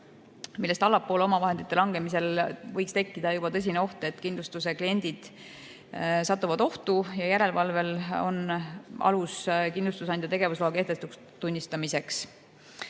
millest allapoole omavahendite langemisel võiks tekkida juba tõsine oht, et kindlustuse kliendid satuvad ohtu ja järelevalvel on alus kindlustusandja tegevusloa kehtetuks tunnistamiseks.